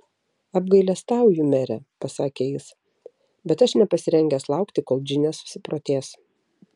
apgailestauju mere pasakė jis bet aš nepasirengęs laukti kol džinė susiprotės